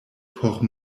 por